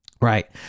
right